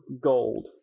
gold